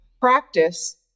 practice